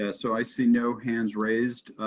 and so i see no hands raised.